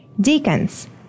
Deacons